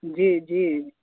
जी जी